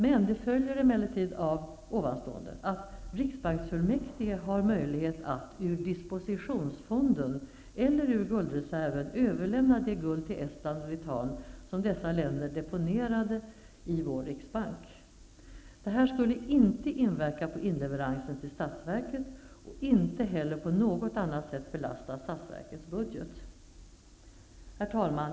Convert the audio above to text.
Av det följer emellertid att riksbanksfullmäktige har möjlighet att ur dispositionsfonden eller ur guldreserven överlämna det guld till Estland och Litauen som dessa länder deponerade i vår riksbank. Detta skulle inte inverka på inleveransen till statsverket och inte heller på något annat sätt belasta statsverkets budget. Herr talman!